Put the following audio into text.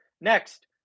Next